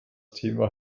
thema